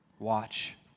watch